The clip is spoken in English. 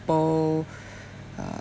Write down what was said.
uh